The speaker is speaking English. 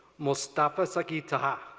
mostafa zaki-taha.